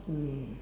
mm